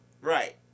Right